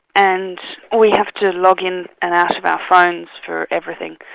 and we have to log in and out of our phones for everything.